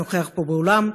שנכח פה באולם,